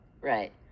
right